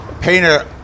Painter